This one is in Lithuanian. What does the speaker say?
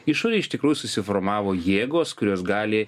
išorėj iš tikrųjų susiformavo jėgos kurios gali